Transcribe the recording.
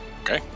Okay